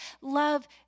love